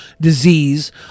disease